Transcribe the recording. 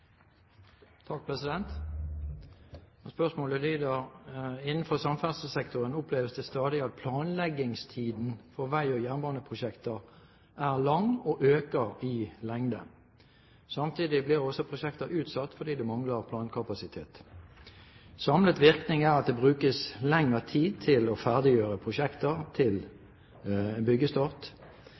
Spørsmålet lyder: «Innenfor samferdselssektoren oppleves det stadig at planleggingstiden for vei- og jernbaneprosjekter er lang og øker i lengde. Samtidig blir også prosjekter utsatt fordi det mangler plankapasitet. Samlet virkning er at det brukes lengre tid til å ferdiggjøre prosjekter til byggestart.